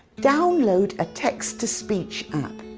download a text to speech app.